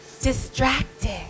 distracted